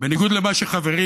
בניגוד למה שחברי